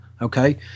okay